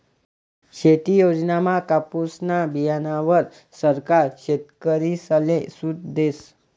शेती योजनामा कापुसना बीयाणावर सरकार शेतकरीसले सूट देस